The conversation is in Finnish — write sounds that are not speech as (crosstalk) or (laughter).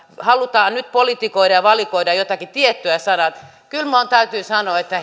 halutaan nyt politikoida ja ja valikoida joitakin tiettyjä sanoja kyllä vain täytyy sanoa että (unintelligible)